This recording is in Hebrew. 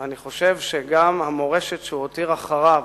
ואני חושב שגם המורשת שהוא הותיר אחריו,